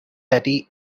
betty